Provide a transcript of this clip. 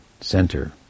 Center